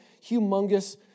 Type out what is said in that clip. humongous